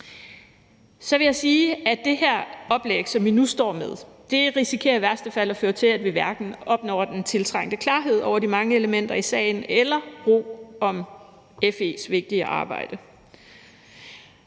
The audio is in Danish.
Så vil jeg sige, at det her oplæg, som vi nu står med, i værste fald risikerer at føre til, at vi hverken opnår den tiltrængte klarhed i forhold til de mange elementer i sagen eller ro om FE's vigtige arbejde.